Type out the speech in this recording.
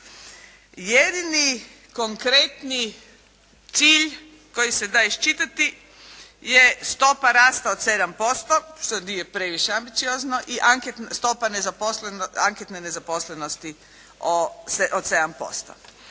Jedini konkretni cilj koji se da iščitati, je stopa rasta od 7% što nije previše ambiciozno i stopa, anketne nezaposlenosti od 7%.